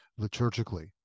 liturgically